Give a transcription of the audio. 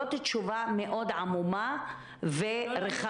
זאת תשובה מאוד עמומה ורחבה.